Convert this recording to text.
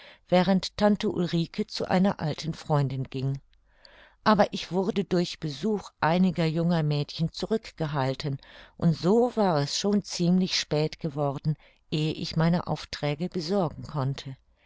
während tante ulrike zu einer alten freundin ging aber ich wurde durch besuch einiger junger mädchen zurück gehalten und so war es schon ziemlich spät geworden ehe ich meine aufträge besorgen konnte